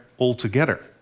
altogether